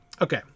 Okay